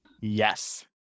yes